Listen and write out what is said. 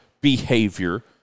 behavior